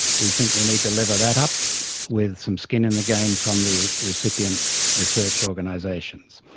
we think we need to lever that up with some skin in the game from the recipient research organisations.